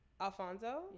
Alfonso